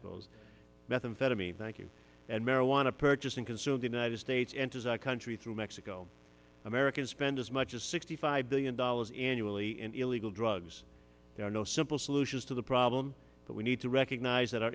suppose methamphetamine thank you and marijuana purchase and consume of the united states enters our country through mexico americans spend as much as sixty five billion dollars annually in illegal drugs there are no simple solutions to the problem but we need to recognize that